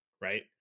right